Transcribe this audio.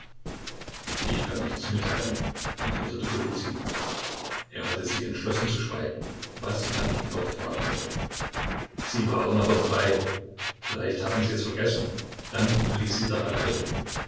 ich kann nichts mitteilen antwortete golizyn er hatte sich entschlossen zu schweigen was man ihn auch fragen würde sie waren aber dabei vielleicht haben sie es vergessen dann will ich sie daran erinnern